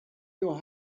your